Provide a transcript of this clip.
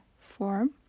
form